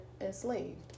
enslaved